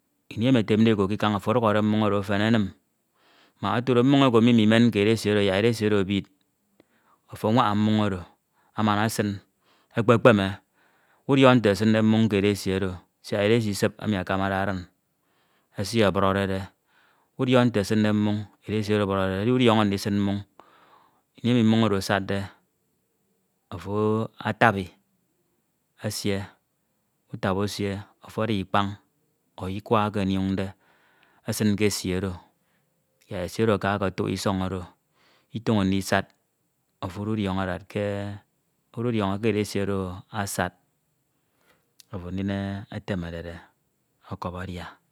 ini etemde eko kikañ ofo ọdukbede mmoñ oro efen enim mak otudo mmoñ eken mii imimeuke edesi oro kikañ yak edesie oro ebid afo anwaña mmoñ edi anwaña esin, ekpekpeme, udiọk nte esinde mmoñ ke edesi oro siak edesi isip emi akamade adin esibọburọnede udiọk nte esinde mmoñ edesi oro iyeburọde edi udiọñọ nte esinde mmoñ ini emi mmoñ oro asadde afo atabi esie utabi usie afo ada ikpañ ọ ikwan eke onioñde esin ke esi oro yak esi oro aka ọkọtuk isọñ oro itoño ndisad afo ududiọñọ datke ududiọñọ ke edesi oro asad ofo ndin etemerede ọkup adia.